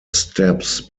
steps